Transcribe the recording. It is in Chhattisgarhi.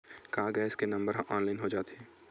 का गैस के नंबर ह ऑनलाइन हो जाथे?